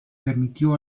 permitió